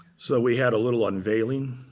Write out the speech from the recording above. so we had a little unveiling